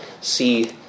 see